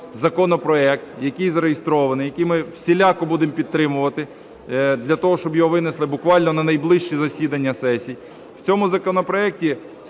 законопроект, який зареєстрований, який ми всіляко будемо підтримувати для того, щоб його винесли буквально на найближче засідання сесії. В цьому законопроекті спільна,